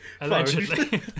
Allegedly